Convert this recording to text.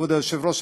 כבוד היושב-ראש,